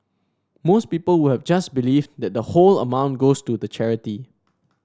most people would have just believed that the whole amount goes to the charity